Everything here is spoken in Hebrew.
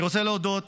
אני רוצה להודות